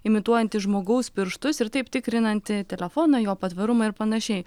imituojanti žmogaus pirštus ir taip tikrinanti telefoną jo patvarumą ir panašiai